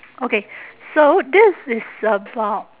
okay so this is a about